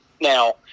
now